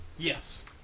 Yes